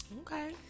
Okay